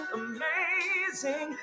amazing